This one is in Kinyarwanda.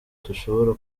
dushobora